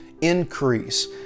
increase